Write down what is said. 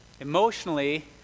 emotionally